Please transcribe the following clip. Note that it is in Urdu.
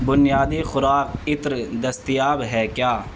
بنیادی خوراک عطر دستیاب ہے کیا